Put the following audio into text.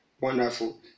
Wonderful